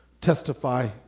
testify